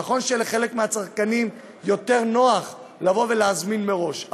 נכון שלחלק מהצרכנים יותר נוח להזמין מראש,